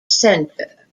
center